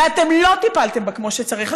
ואתם לא טיפלתם בה כמו שצריך,